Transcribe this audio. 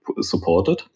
supported